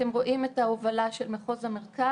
אפשר לראות את ההובלה של מחוז המרכז,